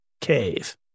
Cave